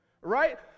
right